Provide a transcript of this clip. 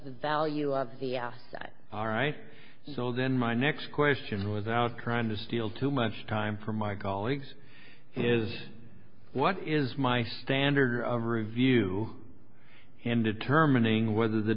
the value of the s all right so then my next question without trying to steal too much time from my colleagues is what is my standard of review in determining whether the